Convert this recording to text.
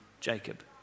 Jacob